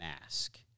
mask